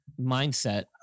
mindset